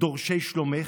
דורשי שלומך,